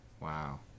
Wow